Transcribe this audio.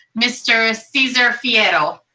mr. cesar fiero.